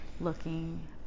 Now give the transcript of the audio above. looking